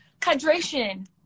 Hydration